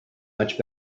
much